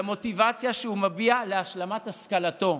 מהמוטיבציה שהוא מביע להשלמת השכלתו,